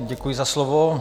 Děkuji za slovo.